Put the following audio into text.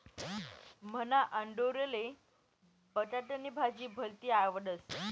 मन्हा आंडोरले बटाटानी भाजी भलती आवडस